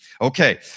Okay